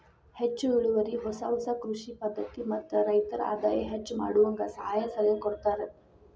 ಹೆಚ್ಚು ಇಳುವರಿ ಹೊಸ ಹೊಸ ಕೃಷಿ ಪದ್ಧತಿ ಮತ್ತ ರೈತರ ಆದಾಯ ಹೆಚ್ಚ ಮಾಡುವಂಗ ಸಹಾಯ ಸಲಹೆ ಕೊಡತಾರ